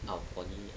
um poly